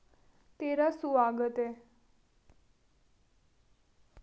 तेरा सुआगत ऐ